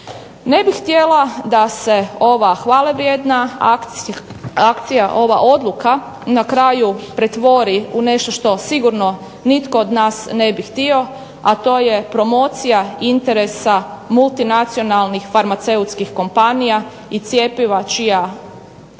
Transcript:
Ne bih htjela da se ova hvale vrijedna akcija, ova odluka na kraju pretvori u nešto što sigurno nitko od nas ne bi htio, a to je promocija interesa multinacionalnih farmaceutskih kompanija i cjepiva čija